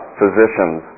physicians